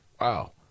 Wow